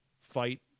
fight